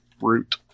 root